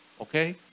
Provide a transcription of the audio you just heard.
okay